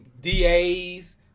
DAs